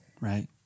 Right